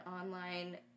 online